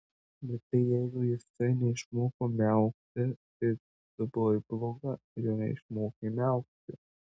bet tai jeigu jisai neišmoko miaukti tai tu buvai bloga ir jo neišmokei miaukti